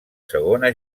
segona